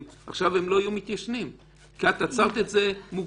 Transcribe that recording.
עכשיו הם לא יהיו מתיישנים כי את עצרת את זה מוקדם.